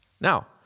Now